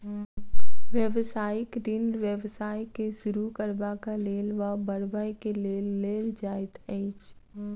व्यवसायिक ऋण व्यवसाय के शुरू करबाक लेल वा बढ़बय के लेल लेल जाइत अछि